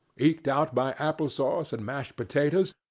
eked out by apple-sauce and mashed potatoes,